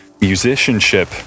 Musicianship